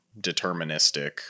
deterministic